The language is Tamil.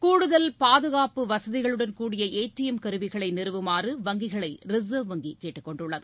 கூடுதல் பாதுகாப்பு வசதிகளுடன் கூடிய ஏ டி எம் கருவிகளை நிறுவுமாறும் வங்கிகளை ரிசர்வ் வங்கி கேட்டுக்கொண்டுள்ளது